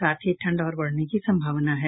साथ ही ठंड और बढ़ने की संभावना है